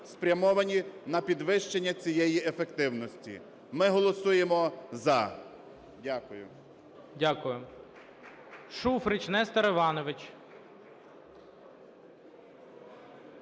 спрямовані на підвищення цієї ефективності. Ми голосуємо "за". Дякую.